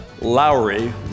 Lowry